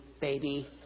baby